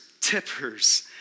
tippers